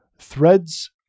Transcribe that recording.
threads